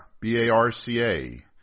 B-A-R-C-A